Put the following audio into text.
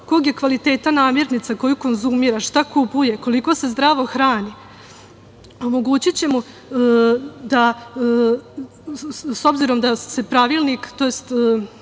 kog je kvaliteta namirnica koju konzumira, šta kupuje, koliko se zdravo hrani, omogućiće mu, s obzirom da se Predlog